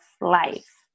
life